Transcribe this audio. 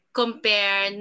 compare